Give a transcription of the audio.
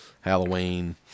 Halloween